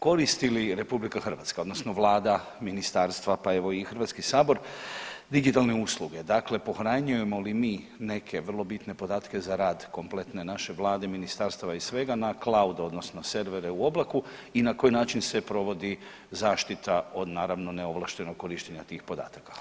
Koristi li RH odnosno vlada, ministarstva, pa evo i HS digitalne usluge, dakle pohranjujemo li mi neke vrlo bitne podatke za rad kompletne naše vlade, ministarstava i svega na cloud odnosno servere u oblaku i na koji način se provodi zaštita od naravno neovlaštenog korištenja tih podataka?